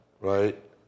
right